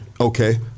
Okay